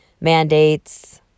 mandates